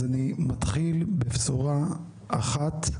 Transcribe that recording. אז אני מתחיל בבשורה אחת,